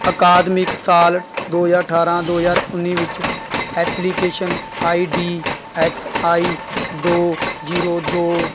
ਅਕਾਦਮਿਕ ਸਾਲ ਦੋ ਹਜ਼ਾਰ ਅਠਾਰ੍ਹਾਂ ਦੋ ਹਜ਼ਾਰ ਉੱਨੀ ਵਿੱਚ application I D X I ਦੋ ਜੀਰੋ ਦੋ